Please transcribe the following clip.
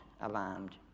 alarmed